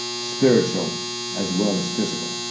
spiritual as well as physical.